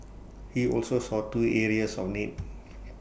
he also saw two areas of need